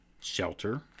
shelter